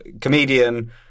comedian